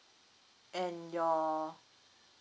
and your